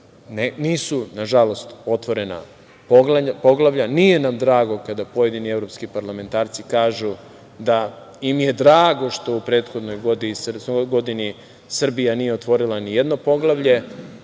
nisu, nažalost, otvorena poglavlja. Nije nam drago kada pojedini evropski parlamentarci kažu da im je drago što u prethodnoj godini Srbija nije otvorila nijedno poglavlje,